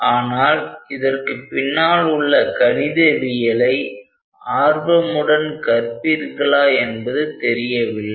ஆனால் இதற்கு பின்னால் உள்ள கணிதவியலை ஆர்வமுடன் கற்பீர்களா என்பது தெரியவில்லை